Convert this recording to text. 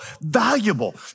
valuable